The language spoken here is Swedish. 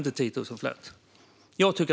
Det är vad jag tycker.